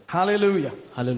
Hallelujah